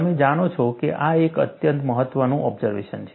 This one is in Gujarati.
તમે જાણો છો કે આ એક અત્યંત મહત્ત્વનું ઓબ્ઝર્વેશન છે